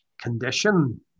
condition